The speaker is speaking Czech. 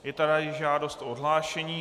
Je tady žádost o odhlášení.